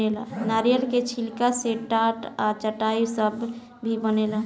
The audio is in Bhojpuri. नारियल के छिलका से टाट आ चटाई सब भी बनेला